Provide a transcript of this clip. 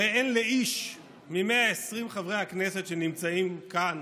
הרי לאיש מ-120 חברי הכנסת שנמצאים כאן,